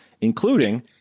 including